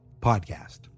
podcast